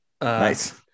Nice